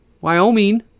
Wyoming